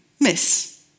Miss